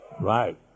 Right